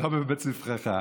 לא בבית ספרך.